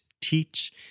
teach